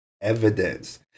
evidence